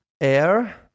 Air